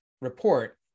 report